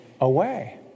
away